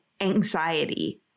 anxiety